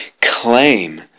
claim